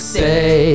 say